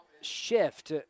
shift